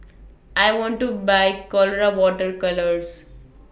I want to Buy Colora Water Colours